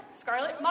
Scarlet